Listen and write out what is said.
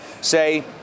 say